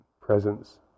presence